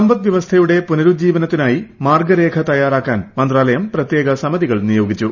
സമ്പദ് വ്യവസ്ഥയുടെ പുനരുജ്ജീവനത്തിനായി മാർഗ്ഗ രേഖ തയ്യാറാക്കാൻ മന്ത്രാലയം പ്രത്യേക സമിതികൾ നിയോഗിച്ചു